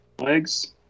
legs